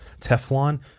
Teflon